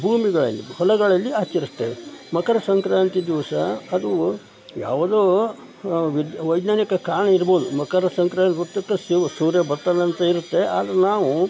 ಭೂಮಿಗಳಲ್ಲಿ ಹೊಲಗಳಲ್ಲಿ ಆಚರಿಸ್ತೇವೆ ಮಕರ ಸಂಕ್ರಾಂತಿ ದಿವಸ ಅದು ಯಾವುದೋ ವಿಜ್ ವೈಜ್ಞಾನಿಕ ಕಾರಣ ಇರ್ಬೋದು ಮಕರ ಸಂಕ್ರಾಂತಿ ವೃತ್ತಕ್ಕೆ ಸೂರ್ಯ ಬರ್ತಾನಂತ ಇರುತ್ತೆ ಆದರೆ ನಾವು